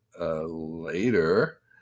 later